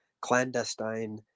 clandestine